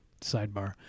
sidebar